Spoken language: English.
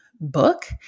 book